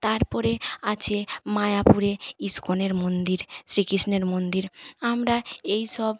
তারপরে আছে মায়াপুরে ইস্কনের মন্দির শ্রীকৃষ্ণের মন্দির আমরা এই সব